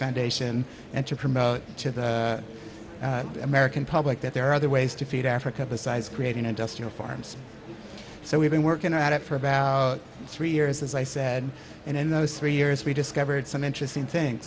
foundation and to promote to the american public that there are other ways to feed africa besides creating industrial farms so we've been working at it for about three years as i said and in those three years we discovered some interesting thing